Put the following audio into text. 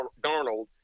Darnold